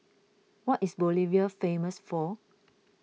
what is Bolivia famous for